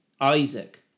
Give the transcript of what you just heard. Isaac